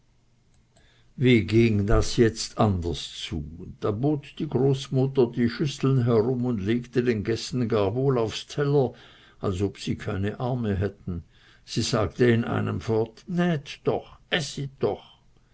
wie ging das jetzt anders zu da bot die großmutter die schüsseln herum und legte den gästen gar wohl aufs teller als ob sie keine arme hätten sie sagte in einem fort nät doch äßit doch